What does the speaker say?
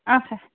اَچھا